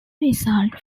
result